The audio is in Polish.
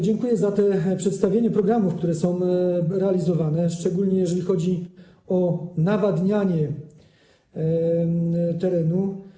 Dziękuję za przedstawione programy, które są realizowane, szczególnie jeżeli chodzi o nawadnianie terenu.